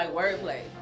wordplay